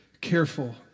careful